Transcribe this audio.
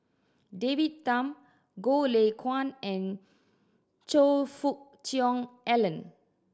David Tham Goh Lay Kuan and Choe Fook Cheong Alan